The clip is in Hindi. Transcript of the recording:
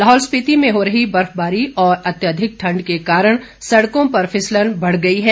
लाहौल स्पिति में हो रही बर्फबारी और अत्यधिक ठंड के कारण सड़कों पर फिसलन बढ़ गई है